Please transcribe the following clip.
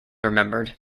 remembered